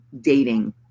dating